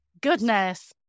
goodness